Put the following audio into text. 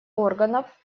органов